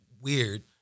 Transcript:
weird